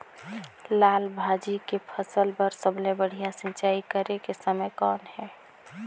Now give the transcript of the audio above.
लाल भाजी के फसल बर सबले बढ़िया सिंचाई करे के समय कौन हे?